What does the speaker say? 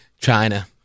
China